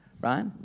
right